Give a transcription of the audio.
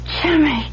Jimmy